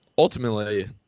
Ultimately